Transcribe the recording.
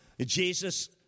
Jesus